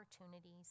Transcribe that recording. opportunities